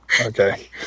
Okay